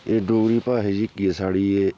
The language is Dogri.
एह् डोगरी भाशा जेह्की ऐ साढ़ी एह्